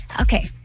Okay